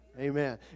Amen